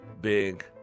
Big